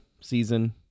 season